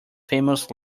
famous